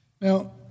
Now